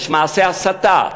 יש מעשי הסתה,